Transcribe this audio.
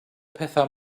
pethau